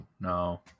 No